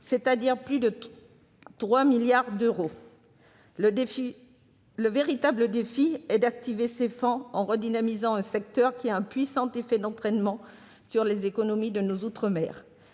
c'est-à-dire plus de 3 milliards d'euros. Le véritable défi est d'activer ces fonds en redynamisant un secteur qui a un puissant effet d'entraînement sur les économies de nos outre-mer.